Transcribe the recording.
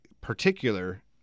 particular